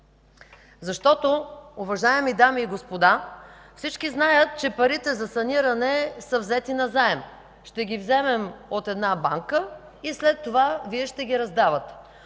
Защото, уважаеми дами и господа, всички знаят, че парите за саниране са взети назаем. Ще ги вземем от една банка и след това Вие ще ги раздавате.